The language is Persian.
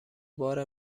بار